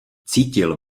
cítil